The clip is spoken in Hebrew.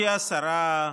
תודה רבה.